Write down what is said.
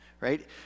right